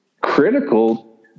critical